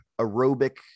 aerobic